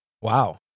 Wow